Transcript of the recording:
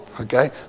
Okay